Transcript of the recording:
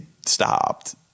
stopped